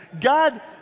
God